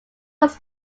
was